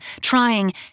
trying